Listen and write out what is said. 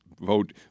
vote